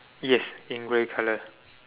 yes in grey colour